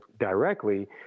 directly